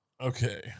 Okay